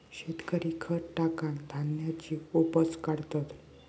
शेतकरी खत टाकान धान्याची उपज काढतत